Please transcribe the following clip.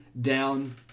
down